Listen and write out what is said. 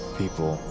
people